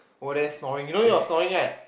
over there snoring you know you're snoring right